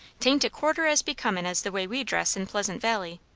tain't a quarter as becomin as the way we dress in pleasant valley.